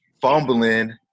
fumbling